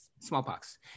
Smallpox